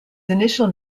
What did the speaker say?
initial